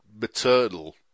maternal